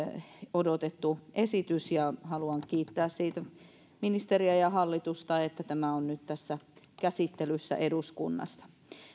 odotettu esitys ja haluan kiittää siitä ministeriä ja hallitusta että tämä on nyt käsittelyssä eduskunnassa